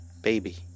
Baby